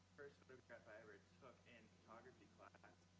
first photograph i ever took in photography class.